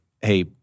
hey